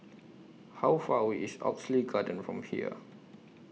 How Far away IS Oxley Garden from here